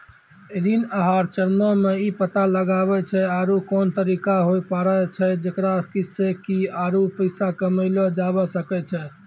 ऋण आहार चरणो मे इ पता लगाबै छै आरु कोन तरिका होय पाड़ै छै जेकरा से कि आरु पैसा कमयलो जाबै सकै छै